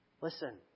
Listen